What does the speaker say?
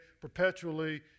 perpetually